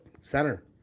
center